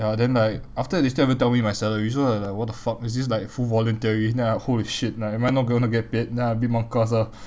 ya then like after that they still haven't tell me my salary so I'm like what the fuck is this like full voluntary then I'm like holy shit like am I not going to get paid then I'm a bit bonkers ah